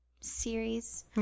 series